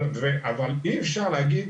אבל אי אפשר להגיד